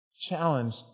challenge